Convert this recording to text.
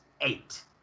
eight